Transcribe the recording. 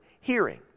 hearing